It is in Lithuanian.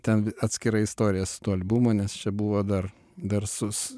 ten atskira istorija su tuo albumu nes čia buvo dar garsus